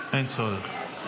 אין צורך.